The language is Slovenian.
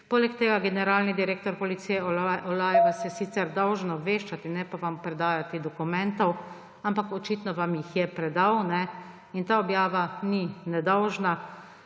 prekrili? Generalni direktor Policije Olaj vas je sicer dolžan obveščati, ne pa vam predajati dokumentov, ampak očitno vam jih je predal. Ta objava ni nedolžna,